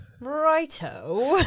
righto